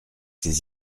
ces